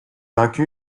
vaincue